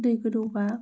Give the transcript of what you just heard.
दै गोदौब्ला